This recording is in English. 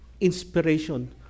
inspiration